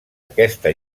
aquesta